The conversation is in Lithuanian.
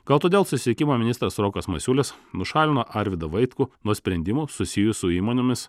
gal todėl susisiekimo ministras rokas masiulis nušalino arvydą vaitkų nuo sprendimų susijus su įmonėmis